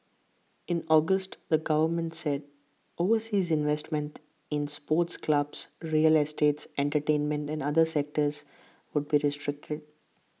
in August the government said overseas investments in sports clubs real estates entertainment and other sectors would be